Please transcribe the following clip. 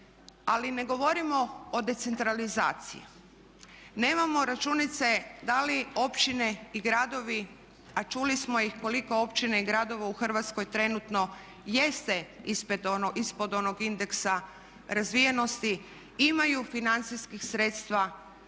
ali ne govorimo o decentralizaciji, nemamo računice da li općine i gradovi a čuli smo ih koliko općina i gradova u Hrvatskoj trenutno jeste ispod onog indeksa razvijenosti imaju financijskih sredstava,